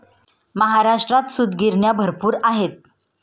महाराष्ट्रात सूतगिरण्या भरपूर आहेत